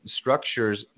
structures